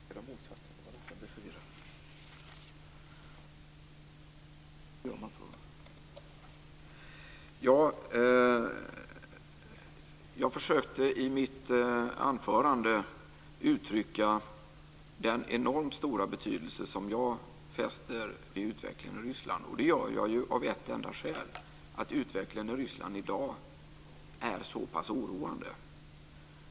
Herr talman! Jag försökte i mitt anförande uttrycka den enormt stora betydelse som jag fäster vid utvecklingen i Ryssland. Det gör jag av ett enda skäl, nämligen att utvecklingen i Ryssland i dag är så pass oroande.